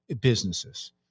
businesses